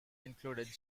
included